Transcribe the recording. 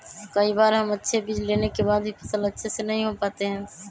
कई बार हम अच्छे बीज लेने के बाद भी फसल अच्छे से नहीं हो पाते हैं?